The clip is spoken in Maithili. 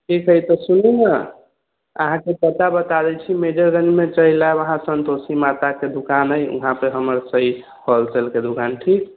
ठीक हइ तऽ सुनू ने अहाँकेँ पता बता देइत छी मेजरगञ्जमे चलि आएब अहाँ संतोषी माताके दुकान अछि वहांँ पर हमर छै होलसेलके दुकान छी